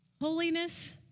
Holiness